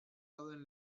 dauden